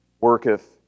worketh